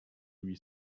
lui